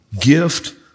gift